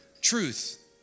truth